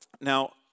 Now